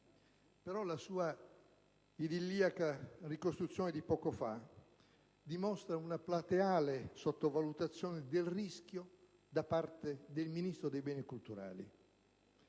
la sua idilliaca ricostruzione di poco fa dimostra una plateale sottovalutazione del rischio da parte del Ministro dei beni culturali.